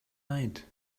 night